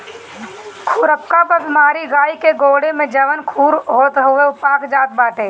खुरपका बेमारी में गाई के गोड़े में जवन खुर होत हवे उ पाक जात बाटे